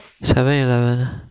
7-Eleven